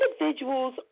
individuals